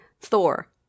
Thor